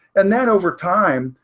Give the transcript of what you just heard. and then over time,